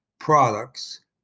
products